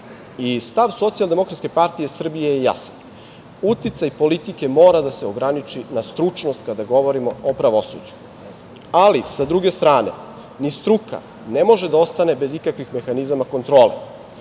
da pronađemo balans. Stav SDPS je jasan, uticaj politike mora da se ograniči na stručnost, kada govorimo o pravosuđu. Ali, s druge strane, ni struka ne može da ostane bez ikakvih mehanizama kontrole,